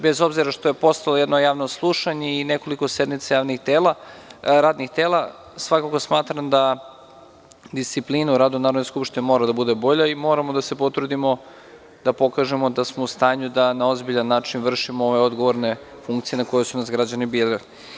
Bez obzira što je postojalo jedno javno slušanje i nekoliko sednica radnih tela, svakako smatram da disciplina u radu Narodne skupštine mora da bude bolja i moramo da se potrudimo da pokažemo da smo u stanju da na ozbiljan način vršimo ove odgovorne funkcije na koje su nas građani birali.